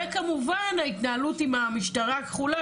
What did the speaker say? וכמובן ההתנהלות עם המשטרה הכחולה,